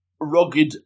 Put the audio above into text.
rugged